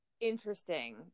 interesting